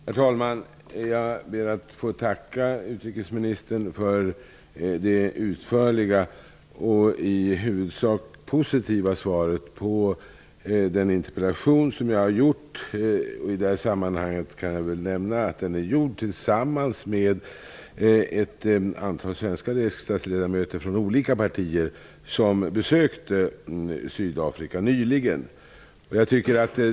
Herr talman! Jag ber att få tacka utrikesministern för det utförliga och i huvudsak positiva svaret på den interpellation som jag har ställt. I detta sammanhang kan jag nämna att den är framställd tillsammans med ett antal svenska riksdagsledamöter från olika partier som nyligen har besökt Sydafrika.